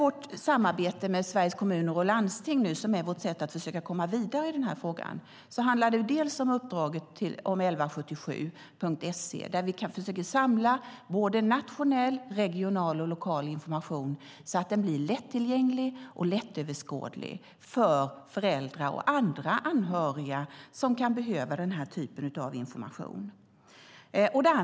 Vårt samarbete med Sveriges Kommuner och Landsting, som är vårt sätt att försöka komma vidare i den här frågan, handlar bland annat om uppdraget när det gäller 1177.se. Där försöker vi samla nationell, regional och lokal information så att den blir lättillgänglig och lättöverskådlig för föräldrar och andra anhöriga som kan behöva den här typen av information.